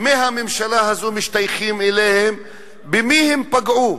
מהממשלה הזאת משתייכים אליהם, במי הם פגעו.